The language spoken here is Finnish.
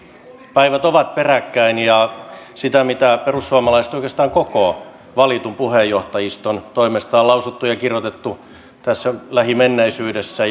päivät ovat peräkkäin ja sieltä mitä oikeastaan koko valitun perussuomalaisten puheenjohtajiston toimesta on lausuttu ja kirjoitettu tässä lähimenneisyydessä